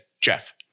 Jeff